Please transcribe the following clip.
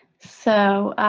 so,